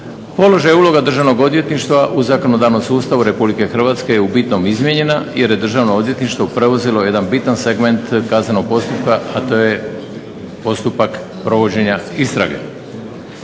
položaj i uloga državnog odvjetništva u zakonodavnom sustavu RH je u bitnom izmijenjena jer je državno odvjetništvo preuzelo jedan bitan segment kaznenog postupka, a to je postupak provođenja istrage.